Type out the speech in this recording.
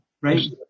Right